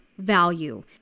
Value